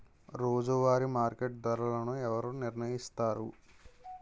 రోజువారి మార్కెట్ ధరలను ఎవరు నిర్ణయిస్తారు?